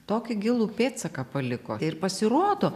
tokį gilų pėdsaką paliko ir pasirodo